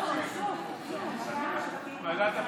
ועדת הכנסת.